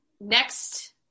next